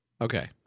Okay